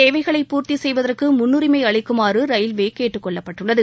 தேவைகளை பூர்த்தி ராணுவத்தின் செய்வதற்கு முன்னுரிமை அளிக்குமாறு ரயில்வே கேட்டுக் கொள்ளப்பட்டுள்ளது